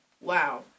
Wow